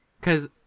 Cause